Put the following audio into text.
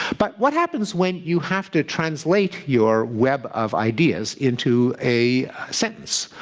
but what happens when you have to translate your web of ideas into a sentence?